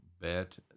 bet